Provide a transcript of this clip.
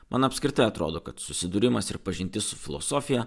man apskritai atrodo kad susidūrimas ir pažintis su filosofija